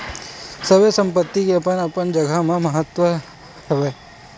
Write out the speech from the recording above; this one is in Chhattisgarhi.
सबे संपत्ति के अपन अपन जघा म महत्ता हवय